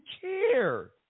care